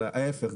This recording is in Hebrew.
אלא ההיפך,